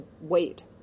wait